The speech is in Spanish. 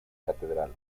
catedral